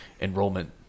enrollment